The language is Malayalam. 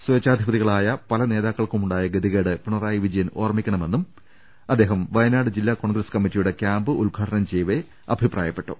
സ്വേച്ഛാധിപതികളായ പല നേതാക്കൾക്കുമുണ്ടായ ഗതി കേട് പിണറായി വിജയൻ ഓർമ്മിക്കണമെന്നും വയനാട് ജില്ലാ കോൺഗ്രസ് കമ്മറ്റിയുടെ ക്യാമ്പ് ഉദ്ഘാടനം ചെയ്യവെ അദ്ദേഹം അഭിപ്രായപ്പെട്ടു